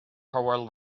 hywel